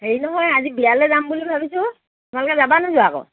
হেৰি নহয় আজি বিয়ালে যাম বুলি ভাবিছোঁ তোমালোকে যাবানে নোযোৱা আক